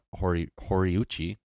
Horiuchi